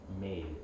made